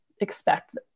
expect